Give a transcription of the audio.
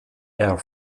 air